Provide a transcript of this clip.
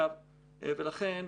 ולכן,